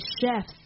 chefs